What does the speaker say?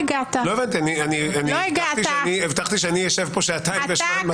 הבטחתי שאני אשב פה שעתיים ואשמע הנמקות?